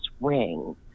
ring